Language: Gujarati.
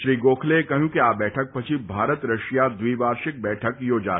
શ્રી ગોખલેએ કહ્યું કે આ બેઠક પછી ભારત રશિયા દ્વિવાર્ષિક બેઠક યોજાશે